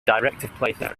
directive